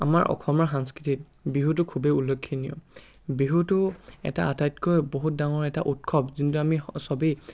আমাৰ অসমৰ সংস্কৃতিত বিহুটো খুবেই উল্লেখনীয় বিহুটো এটা আটাইতকৈ বহুত ডাঙৰ এটা উৎসৱ যোনটো আমি স চবেই